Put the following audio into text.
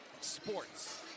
Sports